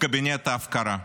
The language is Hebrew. קבינט ההפקרה,